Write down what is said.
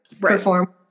perform